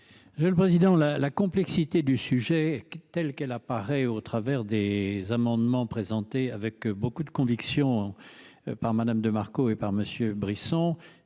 Le le président la la complexité du sujet qui, telle qu'elle apparaît au travers des amendements présentés avec beaucoup de conviction par Madame de Marco et par monsieur Brisson